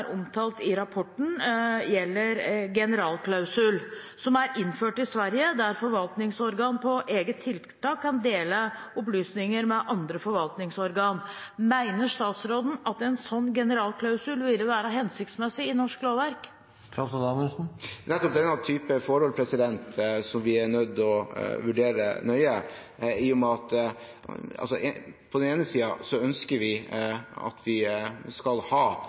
omtalt i rapporten, gjelder en generalklausul, som er innført i Sverige, der forvaltningsorgan på eget initiativ kan dele opplysninger med andre forvaltningsorgan. Mener statsråden at en sånn generalklausul ville være hensiktsmessig i norsk lovverk? Nettopp denne typen forhold blir jeg nødt til å vurdere nøye. På den ene siden ønsker vi at vi skal ha